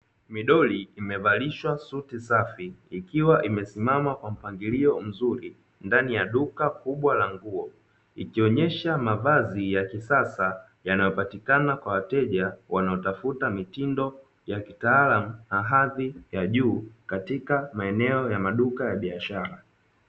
Midoli imevalishwa suti safi, ikiwa imesimama kwa mpangilio mzuri ndani ya duka kubwa la nguo, ikionyesha mavazi ya kisasa yanayopatikana kwa wateja wanaotafuta mitindo ya kitaalamu na hadhi ya juu katika maeneo ya maduka ya biashara.